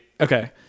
Okay